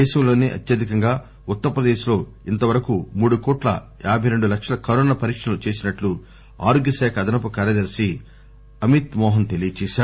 దేశంలోనే అత్యధికంగా ఉత్తరప్రదేశ్ లో ఇంతవరకు మూడు కోట్ల యాబై రెండు లక్షల కరోనా పరీక్షలు చేసినట్లు ఆరోగ్య శాఖ అదనపు ప్రధాన కార్యదర్ని అమిత్ మోహన్ తెలియజేశారు